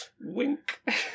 Wink